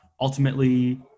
ultimately